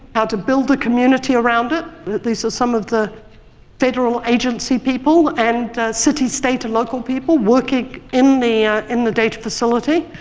how to build a community around it these are some of the federal agency people and city, state, and local people working in the ah in the data facility.